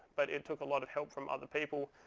but it took a lot of help from other people.